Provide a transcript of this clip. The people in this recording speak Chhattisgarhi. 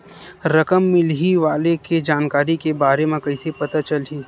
रकम मिलही वाले के जानकारी के बारे मा कइसे पता चलही?